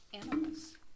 animals